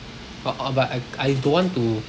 but uh but I I don't want to